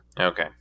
Okay